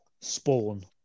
Spawn